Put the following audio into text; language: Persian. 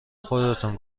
خودتون